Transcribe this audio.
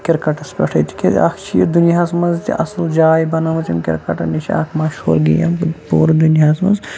کِرکَٹَس پٮ۪ٹھ تِکیاز اَکھ چھُ یہِ دُنیاہَس منٛز تہِ اصٕل جاے بَنٲمٕژ یٔمۍ کِرکَٹَن یہِ چھِ اَکھ مَشہوٗر گیم پوٗرٕ دُنیاہَس منٛز